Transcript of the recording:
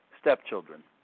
stepchildren